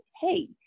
hey